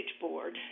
board